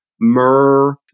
myrrh